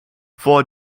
four